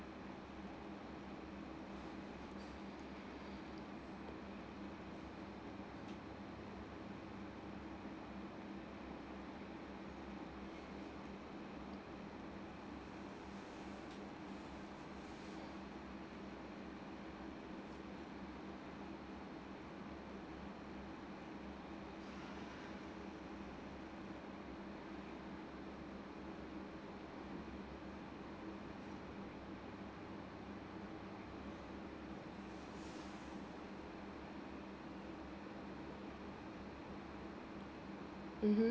mmhmm